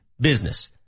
business